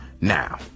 Now